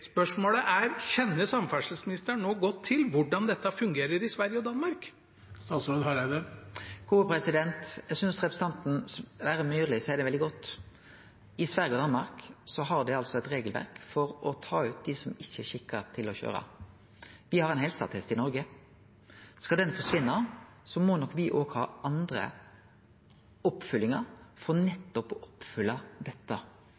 Spørsmålet er: Kjenner samferdselsministeren godt til hvordan dette fungerer i Sverige og Danmark? Eg synest representanten Sverre Myrli seier det veldig godt. I Sverige og Danmark har dei eit regelverk for å ta ut dei som ikkje er skikka til å køyre. Me har ein helseattest i Noreg. Skal den forsvinne, må nok me også ha noko anna for nettopp å oppfylle dette,